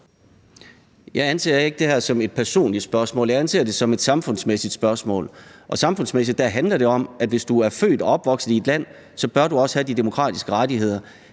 Jeg anser ikke det her som et personligt spørgsmål. Jeg anser det som et samfundsmæssigt spørgsmål. Og samfundsmæssigt handler det om, at hvis du er født og opvokset i et land, bør du også have de demokratiske rettigheder.